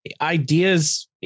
ideas